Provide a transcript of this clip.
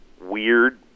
weird